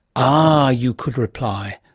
ahhh, you could reply,